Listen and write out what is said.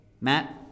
Matt